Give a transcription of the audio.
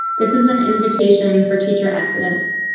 this is an invitation for teacher exodus.